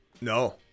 no